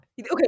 Okay